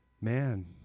man